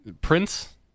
Prince